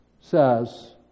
says